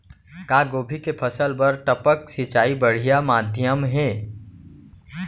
का गोभी के फसल बर टपक सिंचाई बढ़िया माधयम हे?